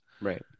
Right